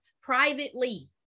privately